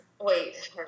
Wait